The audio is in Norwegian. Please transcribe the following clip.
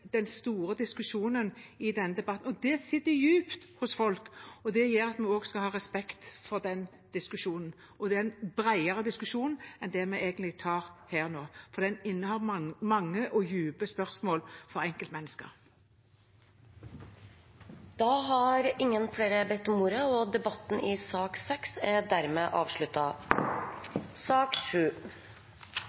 store diskusjonen i denne debatten. Det sitter dypt hos folk og gjør at vi skal ha respekt for det. Det er også en bredere diskusjon enn den vi tar her nå, for den innehar mange og dype spørsmål for enkeltmennesker. Flere har ikke bedt om ordet til sak nr. 6. Etter ønske fra næringskomiteen vil presidenten ordne debatten